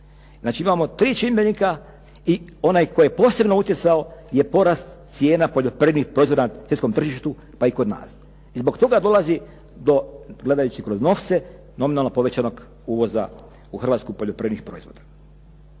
Znači imamo tri čimbenika i onaj koji je posebno utjecao je porast cijena poljoprivrednih proizvoda na svjetskom tržištu pa i kod nas. I zbog toga dolazi do gledajući kroz novce, nominalnog povećanog uvoza u Hrvatsku poljoprivrednih proizvoda.